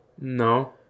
No